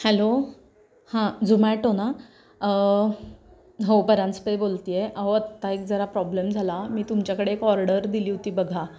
hello हां Zomato ना हो परांजपे बोलत आहे अहो आत्ता एक जरा प्रॉब्लेम झाला मी तुमच्याकडे एक ऑर्डर दिली होती बघा